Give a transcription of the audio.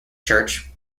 church